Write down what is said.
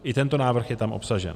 I tento návrh je tam obsažen.